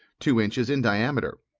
two inches in diameter,